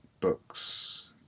books